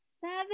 seven